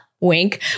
wink